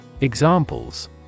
Examples